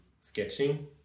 sketching